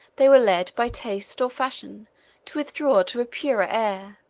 they were led by taste or fashion to withdraw to a purer air,